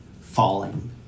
falling